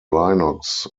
linux